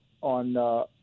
on, –